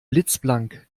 blitzblank